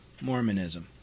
Mormonism